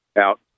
out